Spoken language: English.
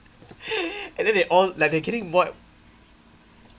and then they all like they're getting more